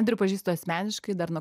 andrių pažįstu asmeniškai dar nuo